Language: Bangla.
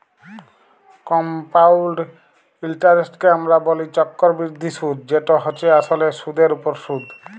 কমপাউল্ড ইলটারেস্টকে আমরা ব্যলি চক্করবৃদ্ধি সুদ যেট হছে আসলে সুদের উপর সুদ